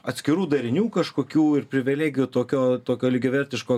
atskirų darinių kažkokių ir privilegijų tokio tokio lygiavertiško